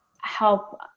help